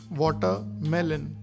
watermelon